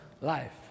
life